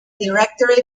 directorate